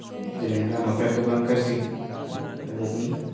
बिदिनो लामाफ्रा गोबां गाज्रि हालोदनि